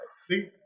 See